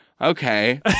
Okay